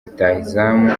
rutahizamu